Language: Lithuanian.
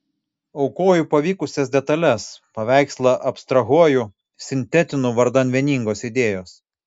aukoju pavykusias detales paveikslą abstrahuoju sintetinu vardan vieningos idėjos